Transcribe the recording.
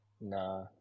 Nah